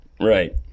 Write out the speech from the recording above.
right